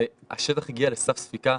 השטח הגיע לסף ספיקה,